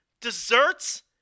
desserts